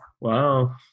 Wow